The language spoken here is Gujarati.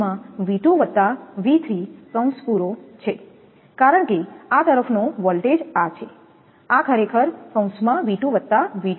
કારણકે આ તરફનો વોલ્ટેજ આ છે આ ખરેખર V2V3 છે